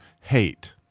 hate